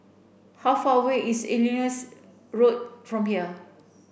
how far away is Road from here